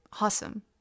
awesome